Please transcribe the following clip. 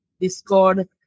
Discord